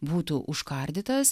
būtų užkardytas